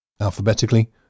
Alphabetically